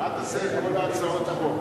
מה תעשה עם רוב הצעות החוק?